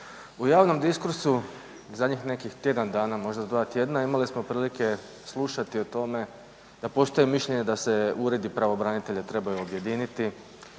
U javnom diskursu u zadnjih nekih tjedan dana, možda dva tjedna, imali smo prilike slušati o tome da postoji mišljenje da se uredi pravobranitelja trebaju objediniti,